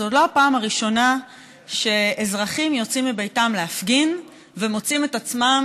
זאת לא הפעם הראשונה שאזרחים יוצאים מביתם להפגין ומוצאים את עצמם